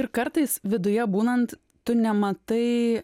ir kartais viduje būnant tu nematai